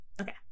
okay